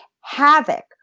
havoc